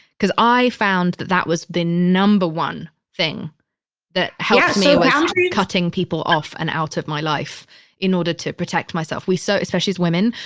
because i found that that was the number one thing that helps me was cutting people off and out of my life in order to protect myself. we so, especially women,